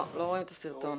לא רואים בכלל.